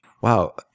Wow